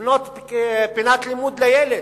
לבנות פינת לימוד לילד.